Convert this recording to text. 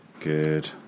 Good